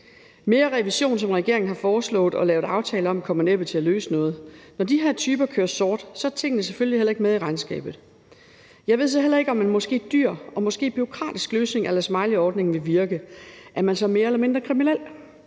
Mere revision, som regeringen har foreslået og lavet aftale om, kommer næppe til at løse noget. Når de her typer kører det sort, er tingene selvfølgelig heller ikke med i regnskabet. Jeg ved så heller ikke, om en måske dyr og måske bureaukratisk løsning a la smileyordningen vil virke. Er man så mere eller mindre kriminel?